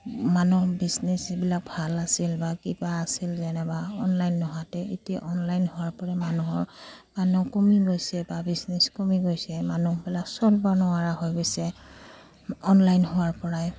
মানুহ বিজনেছ যিবিলাক ভাল আছিল বা কিবা আছিল যেনিবা অনলাইন নহওতে এতিয়া অনলাইন হোৱাৰপৰা মানুহৰ মানুহ কমি গৈছে বা বিজনেছ কমি গৈছে মানুহবিলাক চলিব নোৱাৰা হৈ গৈছে অনলাইন হোৱাৰপৰাই